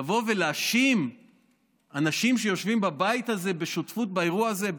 לבוא ולהאשים אנשים שיושבים בבית הזה בשותפות באירוע הזה,